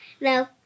No